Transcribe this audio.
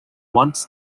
wants